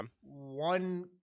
One